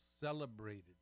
celebrated